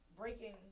breaking